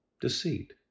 deceit